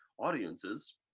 audiences